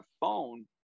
phone